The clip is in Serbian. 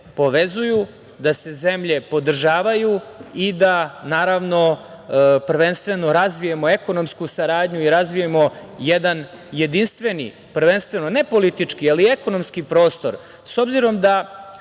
povezuju, da se zemlje podržavaju i da, naravno, prvenstveno razvijemo ekonomsku saradnju i razvijemo jedan jedinstveni prvenstveno, ne politički, ali ekonomski prostor. Činjenica